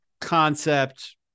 concept